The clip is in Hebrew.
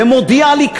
ומודיע לי,